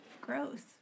gross